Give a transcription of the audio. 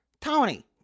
tony